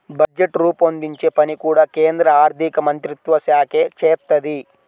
budget రూపొందించే పని కూడా కేంద్ర ఆర్ధికమంత్రిత్వశాఖే చేత్తది